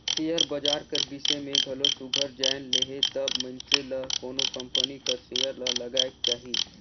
share बजार कर बिसे में घलो सुग्घर जाएन लेहे तब मइनसे ल कोनो कंपनी कर सेयर ल लगाएक चाही